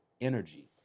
energy